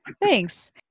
Thanks